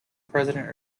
president